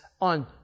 on